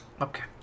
Okay